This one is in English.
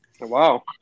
Wow